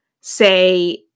say